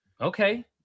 Okay